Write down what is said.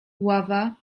ława